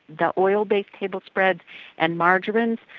the oil-based table spreads and margarines,